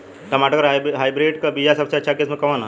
टमाटर के हाइब्रिड क बीया सबसे अच्छा किस्म कवन होला?